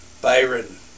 Byron